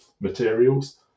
materials